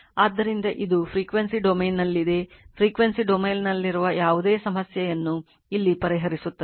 ಆದ್ದರಿಂದ ಇದು frequency ಡೊಮೇನ್ನಲ್ಲಿದೆ frequency ಡೊಮೇನ್ನಲ್ಲಿನ ಯಾವುದೇ ಸಮಸ್ಯೆಯನ್ನು ಇಲ್ಲಿ ಪರಿಹರಿಸುತ್ತದೆ